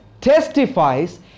testifies